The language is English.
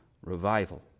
revival